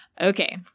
Okay